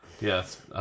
Yes